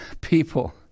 People